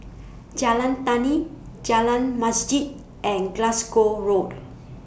Jalan Tani Jalan Masjid and Glasgow Road